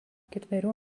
ketverių